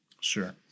Sure